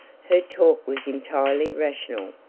her talk was entirely rational.